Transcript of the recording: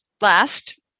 Last